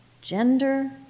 gender